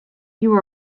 you